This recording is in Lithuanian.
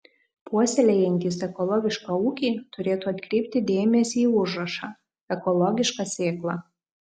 puoselėjantys ekologišką ūkį turėtų atkreipti dėmesį į užrašą ekologiška sėkla